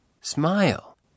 Smile